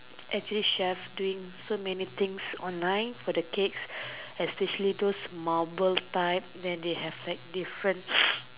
actually chef doing so many things online for the cakes especially those marble type then they have like different